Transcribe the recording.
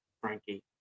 Frankie